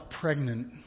pregnant